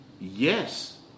Yes